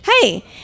hey